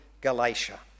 Galatia